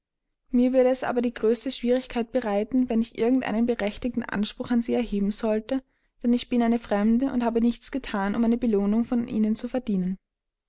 mir würde es aber die größte schwierigkeit bereiten wenn ich irgend einen berechtigten anspruch an sie erheben sollte denn ich bin eine fremde und habe nichts gethan um eine belohnung von ihnen zu verdienen